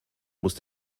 muss